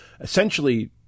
essentially